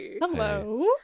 Hello